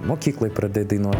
mokykloj pradėt dainuot